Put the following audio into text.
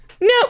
No